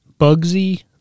bugsy